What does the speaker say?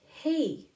hey